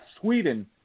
Sweden